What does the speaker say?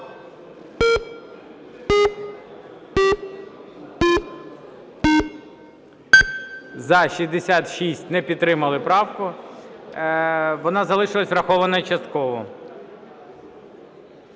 За-66 Не підтримали правку, вона залишилася врахованою частково.